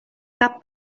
cap